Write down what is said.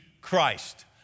Christ